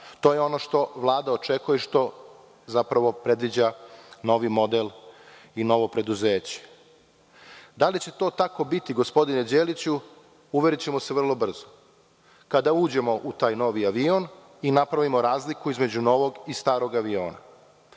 je ono što Vlada očekuje, zapravo predviđa novi model i novo preduzeće. Da li će to tako biti gospodine Đeliću, uverićemo se vrlo brzo kada uđemo u taj novi avion i napravimo razliku između novog i starog aviona.